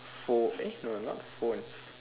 phone eh no not phones